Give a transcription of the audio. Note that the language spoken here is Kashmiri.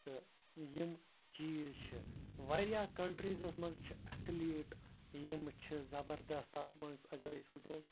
تہٕ یِم چیٖز چھِ واریاہ کَںٹرٛیٖزَس منٛز چھِ اَتھِلیٖٹ یِمہٕ چھِ زبردَس تَتھ منٛز اگر أسۍ وَنو